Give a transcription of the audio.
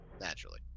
Naturally